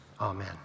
Amen